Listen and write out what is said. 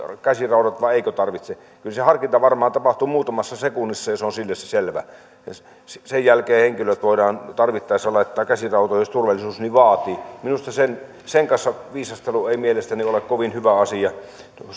käsiraudat vai eivätkö tarvitse kyllä se harkinta varmaan tapahtuu muutamassa sekunnissa ja se on sillä selvä sen jälkeen henkilöt voidaan tarvittaessa laittaa käsirautoihin jos turvallisuus niin vaatii sen sen kanssa viisastelu ei mielestäni ole kovin hyvä asia